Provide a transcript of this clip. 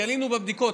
כי עלינו בבדיקות,